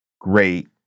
great